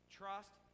trust